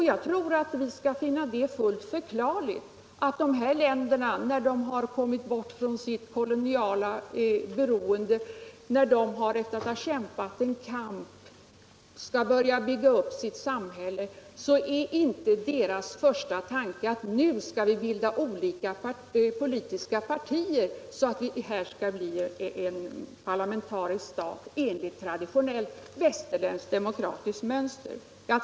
Jag tror vi skall se det som fullt naturligt att när dessa länder kommit bort från sitt koloniala beroende och kämpat en kamp för nationellt oberoende och skall börja bygga upp sitt samhälle, så är inte deras första tanke att bilda olika politiska partier för att få en parlamentarisk stat enligt traditionellt västerländskt demokratiskt mönster.